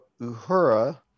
Uhura